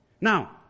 Now